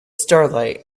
starlight